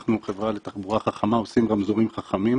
אנחנו חברה לתחבורה חכמה, עושים רמזורים חכמים.